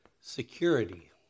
security